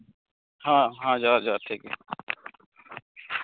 ᱦᱚᱸ ᱦᱚᱸ ᱡᱚᱦᱟᱨ ᱡᱚᱦᱟᱨ ᱴᱷᱤᱠ ᱜᱮᱭᱟ